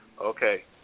okay